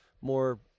More